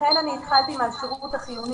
לכן התחלתי עם השירות החיוני,